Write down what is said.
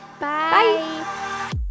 Bye